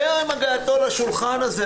טרם הגעתו לשולחן הזה,